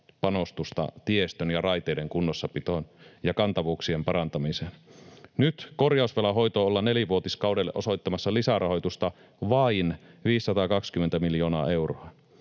panostusta tiestön ja raiteiden kunnossapitoon ja kantavuuksien parantamiseen. Nyt korjausvelan hoitoon ollaan nelivuotiskaudelle osoittamassa lisärahoitusta vain 520 miljoonaa euroa.